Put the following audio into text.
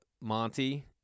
Monty